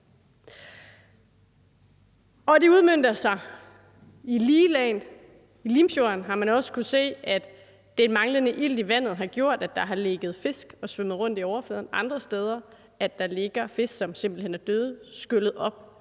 Det udmønter sig i liglagen. I Limfjorden har man også kunnet se, at den manglende ilt i vandet har gjort, at der har ligget fisk og svømmer rundt i overfladen; andre steder, at der ligger fisk, som simpelt hen er døde og skyllet op